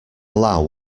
allow